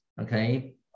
Okay